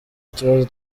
kibazo